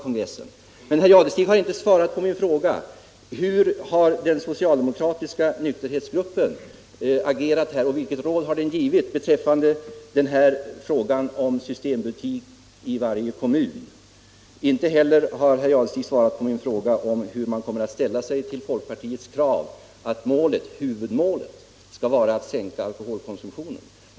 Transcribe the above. Men herr Jadestig har inte svarat på min fråga: Hur har den socialdemokratiska nykterhetsgruppen agerat här, vilket råd har den givit beträffande förslaget om systembutik i varje kommun? Inte heller har herr Jadestig svarat på min fråga om hur man kommer att ställa sig till folkpartiets krav att huvudmålet för alkoholpolitiken skall vara att sänka alkoholkonsumtionen.